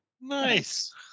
Nice